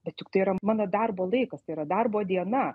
bet juk tai yra mano darbo laikas tai yra darbo diena